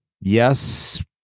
Yes